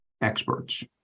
experts